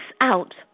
out